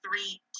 three